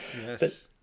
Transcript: Yes